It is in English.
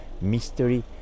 mystery